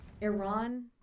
Iran